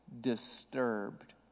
disturbed